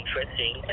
interesting